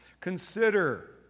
Consider